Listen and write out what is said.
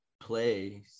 play